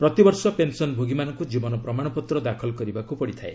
ପ୍ରତିବର୍ଷ ପେନସନ୍ଭୋଗୀମାନଙ୍କୁ ଜୀବନ ପ୍ରମାଣପତ୍ର ଦାଖଲ କରିବାକୁ ପଡ଼ିଥାଏ